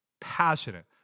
passionate